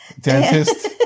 dentist